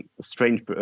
strange